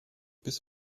bis